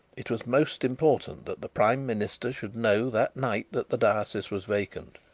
it was most important that the prime minister should know that night that the diocese was vacant.